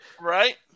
right